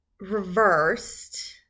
reversed